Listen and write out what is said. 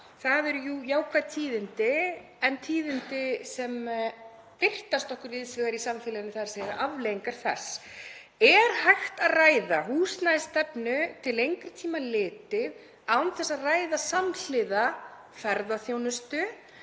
Það eru jú jákvæð tíðindi en tíðindi sem birtast okkur víðs vegar í samfélaginu, þ.e. afleiðingar þess. Er hægt að ræða húsnæðisstefnu til lengri tíma litið án þess að ræða ferðaþjónustu